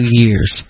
years